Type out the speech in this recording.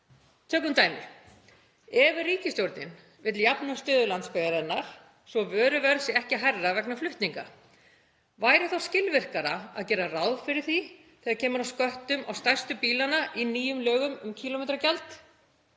Tökum dæmi: Ef ríkisstjórnin vill jafna stöðu landsbyggðarinnar svo vöruverð sé ekki hærra vegna flutninga, væri þá skilvirkara að gera ráð fyrir því þegar kemur að sköttum á stærstu bílana í nýju frumvarpi til laga